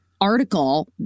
article